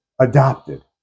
adopted